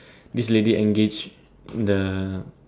this lady engaged the